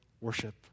worship